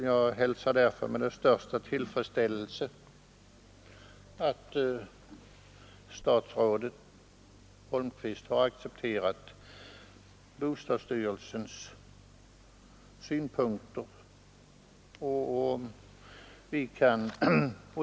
Jag hälsar därför med den största tillfredsställelse att statsrådet Holmqvist har accepterat bostadsstyrelsens synpunkter.